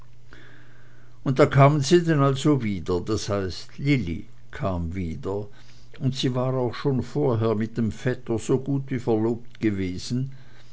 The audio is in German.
und da kamen sie denn also wieder das heißt lilli kam wieder und sie war auch schon vorher mit dem vetter so gut wie verlobt gewesen